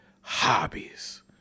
hobbies